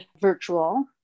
virtual